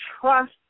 trust